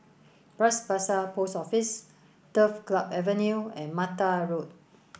Bras Basah Post Office Turf Club Avenue and Mattar Road